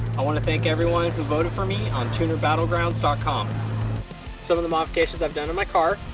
i wanna thank everyone who voted for me on tunerbattlegrounds dot com some of the modifications i've done on my car,